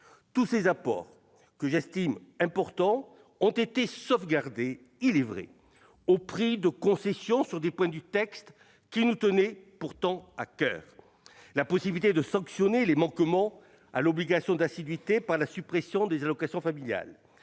tous ces apports, que j'estime, je le répète, importants, ont été sauvegardés au prix de concessions sur des points du texte qui nous tenaient pourtant à coeur. Je citerai : la possibilité de sanctionner les manquements à l'obligation d'assiduité par la suppression des allocations familiales